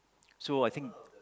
so I think